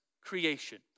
creation